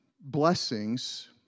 blessings